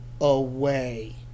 away